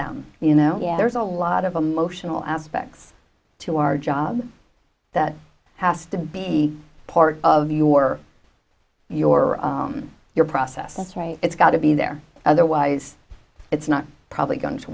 them you know there's a lot of emotional aspects to our job that has to be part of your your your process it's got to be there otherwise it's not probably going to